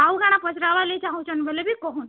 ଆଉ କା'ଣା ପଚ୍ରାବାର୍ ଲାଗି ଚାହୁଁଛନ୍ ବେଲେ ବି କହୁନ୍